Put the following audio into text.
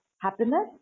Happiness